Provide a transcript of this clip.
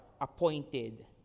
appointed